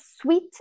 sweet